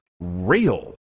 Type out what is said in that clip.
real